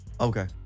Okay